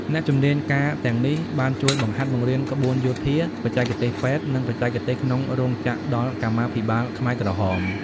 អ្នកជំនាញការទាំងនេះ បានជួយ បង្ហាត់បង្រៀនក្បួនយោធា បច្ចេកទេសពេទ្យ និងបច្ចេកទេសក្នុងរោងចក្រដល់កម្មាភិបាលខ្មែរក្រហម។